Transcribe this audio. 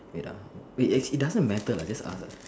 eight ah it doesn't matter lah just ask lag